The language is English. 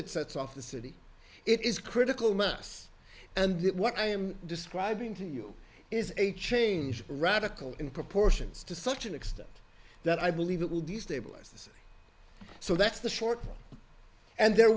that sets off the city it is critical mass and that what i am describing to you is a change radical in proportions to such an extent that i believe it will destabilize so that's the short and there